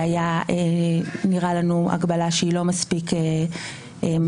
שנראתה לנו הגבלה שהיא לא מספיק משמעותית.